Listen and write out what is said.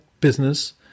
business